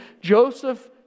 Joseph